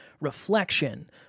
reflection